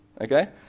Okay